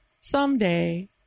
someday